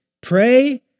pray